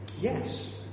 Yes